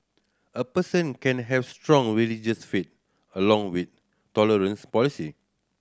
a person can have strong religious faith along with tolerant policy